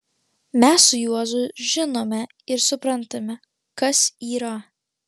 mes su juozu žinome ir suprantame kas yra